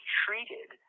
treated